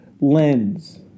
lens